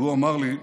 והוא אמר לי: